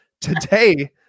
today